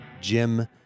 Jim